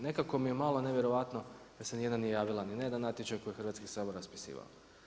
Nekako mi je malo nevjerojatno da se ni jedna nije javila ni na jedan natječaj koji je Hrvatski sabor raspisivao.